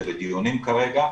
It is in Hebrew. זה בדיונים כרגע.